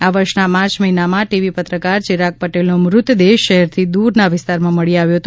આ વર્ષના માર્ચ મહિનામાં ટીવી પત્રકાર ચિરાગ પટેલનો મૃતદેહ શહેરથી દુરના વિસ્તારમાં મળી આવ્યો હતો